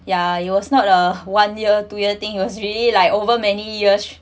yeah it was not a one year two year thing it was really like over many years